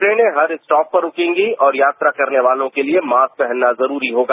ट्रेनें हर स्टॉप पर रुकेंगीं और यात्रा करने के लिए मास्क पहनना जरूरी होगा